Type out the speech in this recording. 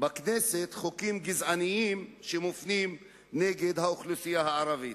בכנסת חוקים גזעניים שמופנים נגד האוכלוסייה הערבית,